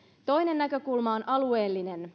toinen näkökulma on alueellinen